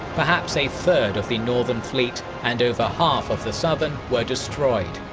perhaps a third of the northern fleet and over half of the southern were destroyed,